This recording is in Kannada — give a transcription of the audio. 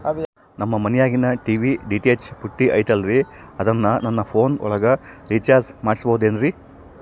ನಮ್ಮ ಮನಿಯಾಗಿನ ಟಿ.ವಿ ಡಿ.ಟಿ.ಹೆಚ್ ಪುಟ್ಟಿ ಐತಲ್ರೇ ಅದನ್ನ ನನ್ನ ಪೋನ್ ಒಳಗ ರೇಚಾರ್ಜ ಮಾಡಸಿಬಹುದೇನ್ರಿ?